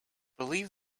believe